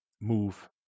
move